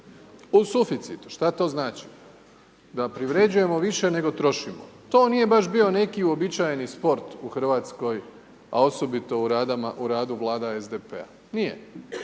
U suficitu. Što to znači? Da privređujemo više nego trošimo. To nije baš bio neki uobičajeni sport u RH, a osobito u radu vlada SDP-a. Nije.